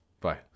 Bye